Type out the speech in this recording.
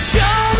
Show